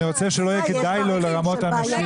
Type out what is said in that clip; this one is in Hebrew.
אני רוצה שלא יהיה כדאי לו לרמות אנשים.